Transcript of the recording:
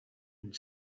une